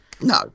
No